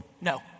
No